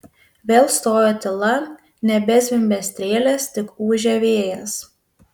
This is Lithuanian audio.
vėl stojo tyla nebezvimbė strėlės tik ūžė vėjas